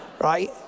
right